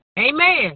Amen